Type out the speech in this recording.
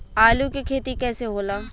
आलू के खेती कैसे होला?